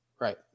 Right